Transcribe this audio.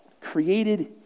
created